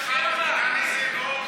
אף אחד בכנסת לא תומך,